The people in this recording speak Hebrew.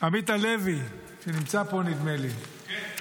עמית הלוי, שנמצא פה, נדמה לי -- כן.